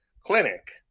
clinic